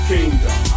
Kingdom